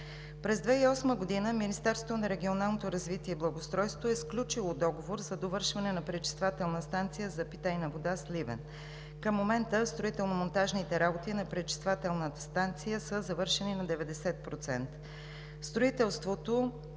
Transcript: През 2008 г. Министерството на регионалното развитие и благоустройството е сключило договор за довършване на пречиствателната станция за питейна вода – Сливен. Към момента строително-монтажните работи на пречиствателната станция са завършени на 90%. Строителството